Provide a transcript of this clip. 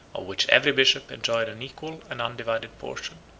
of which every bishop enjoyed an equal and undivided portion.